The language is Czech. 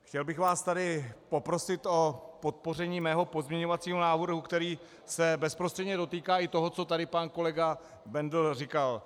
Chtěl bych vás tady poprosit o podpoření svého pozměňovacího návrhu, který se bezprostředně dotýká i toho, co tady pan kolega Bendl říkal.